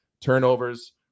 Turnovers